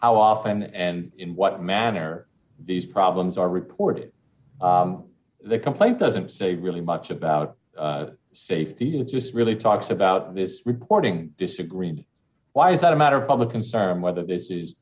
how often and in what manner these problems are reported the complaint doesn't say really much about safety it just really talks about this reporting disagree and why is that a matter of public concern whether this is